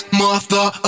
mother